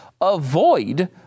avoid